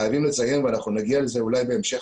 חייבים לציין ונגיע לזה אולי בהמשך,